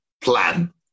plan